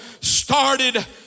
started